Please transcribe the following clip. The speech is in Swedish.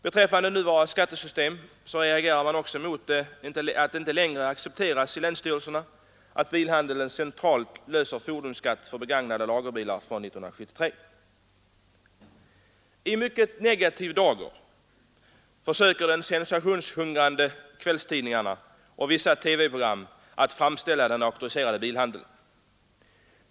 Man reagerar också mot att det i det nuvarande skattesystemet inte längre accepteras av länsstyrelserna att bilhandeln centralt löser fordonsskatten för begagnade lagerbilar från 1973. I en mycket negativ dager försöker man i de sensationshungrande kvällstidningarna och i vissa TV-program framställa den auktoriserade bilhandeln.